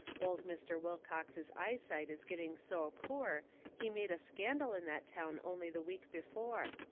old mr. wilcox's eyesight is getting so poor he made a scandal in that town only the week before.